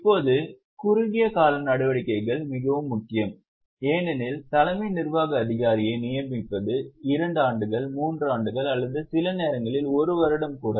இப்போது குறுகிய கால நடவடிக்கைகள் மிகவும் முக்கியம் ஏனெனில் தலைமை நிர்வாக அதிகாரியை நியமிப்பது 2 ஆண்டுகள் 3 ஆண்டுகள் அல்லது சில நேரங்களில் 1 வருடம் கூட